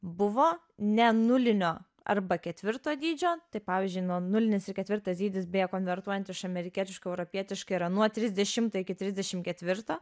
buvo ne nulinio arba ketvirto dydžio tai pavyzdžiui nuo nulinis ir ketvirtas dydis beje konvertuojant iš amerikietiško europietiškai yra nuo trisdešimto iki trisdešim ketvirto